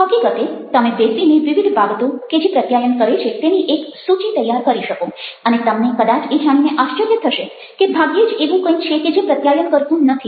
હકીકતે તમે બેસીને વિવિધ બાબતો કે જે પ્રત્યાયન કરે છે તેની એક સૂચિ તૈયાર કરી શકો અને તમને કદાચ એ જાણીને આશ્ચર્ય થશે કે ભાગ્યે જ એવું કંઇ છે કે જે પ્રત્યાયન કરતું નથી